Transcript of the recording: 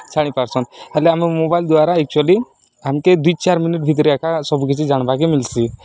ଛାଡ଼ି ପାର୍ସନ୍ ହେଲେ ଆମ ମୋବାଇଲ୍ ଦ୍ଵାରା ଏକ୍ଚୁଆଲି ଆମ୍କେ ଦୁଇ ଚାର ମିନିଟ୍ ଭିତ୍ରେ ଏକା ସବୁକିଛି ଜାନ୍ବାକେ ମିଲ୍ସି